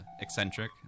eccentric